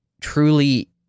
truly